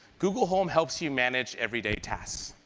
google home helps you manage everyday tasks.